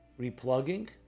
replugging